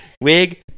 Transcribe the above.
wig